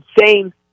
insane